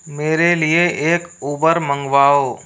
मेरे लिए एक उबर मंगवाओ